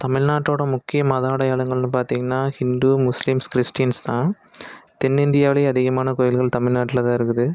தமிழ்நாட்டோடய முக்கிய மத அடையாளங்கள்னு பார்த்திங்கன்னா ஹிந்து முஸ்லிம்ஸ் கிறிஸ்டியன்ஸ்தான் தென்னிந்தியாவில் அதிகமான கோயில்கள் தமிழ்நாட்டில்தான் இருக்குது